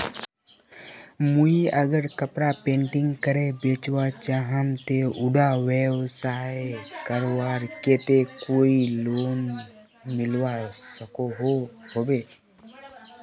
मुई अगर कपड़ा पेंटिंग करे बेचवा चाहम ते उडा व्यवसाय करवार केते कोई लोन मिलवा सकोहो होबे?